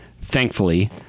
thankfully